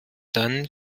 dann